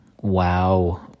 wow